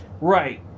right